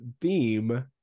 theme